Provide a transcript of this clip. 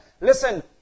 listen